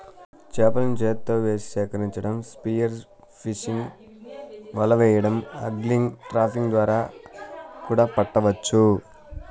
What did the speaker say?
చేపలను చేతితో ఎరవేసి సేకరించటం, స్పియర్ ఫిషింగ్, వల వెయ్యడం, ఆగ్లింగ్, ట్రాపింగ్ ద్వారా కూడా పట్టవచ్చు